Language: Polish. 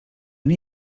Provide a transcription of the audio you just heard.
nie